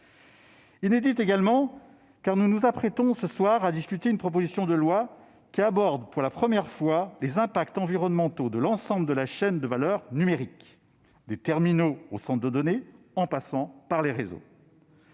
inédite, car nous nous apprêtons à discuter une proposition de loi qui aborde pour la première fois les impacts environnementaux de l'ensemble de la chaîne de valeur numérique, des terminaux aux centres de données, en passant par les réseaux.